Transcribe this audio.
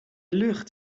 lucht